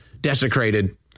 desecrated